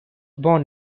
born